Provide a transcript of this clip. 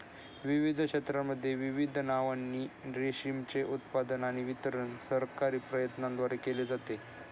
विविध क्षेत्रांमध्ये विविध नावांनी रेशीमचे उत्पादन आणि वितरण सरकारी प्रयत्नांद्वारे केले जाते